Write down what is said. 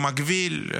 במקביל,